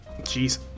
jeez